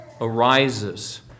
arises